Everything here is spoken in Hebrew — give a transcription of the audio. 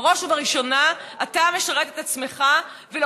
בראש ובראשונה אתה משרת את עצמך ולוקח